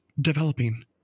developing